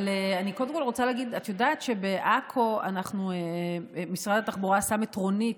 אבל אני קודם כול רוצה להגיד: את יודעת שבעכו משרד התחבורה שם מטרונית